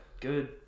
good